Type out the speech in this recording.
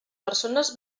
persones